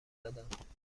دادم